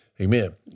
Amen